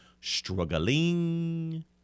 struggling